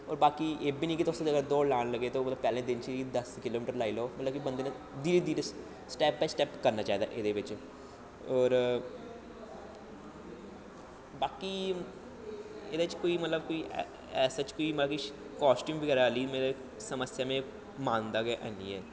बाकी एह् बी निं केह् तुस दौड़ लान लगे ते पैह्ले दिन ही दस किलो मीटर लाई लैओ बंदे ने मतलब कि धीरे धीरे स्टैप बाई स्टैप करना चाहिदा एह्दे बिच्च होर बाकी एह्दे च कोई कास़टूम बगैरा समस्या में मन्नदा नेईं आं